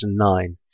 2009